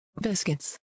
Biscuits